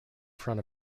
front